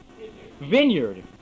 vineyard